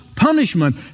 punishment